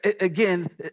again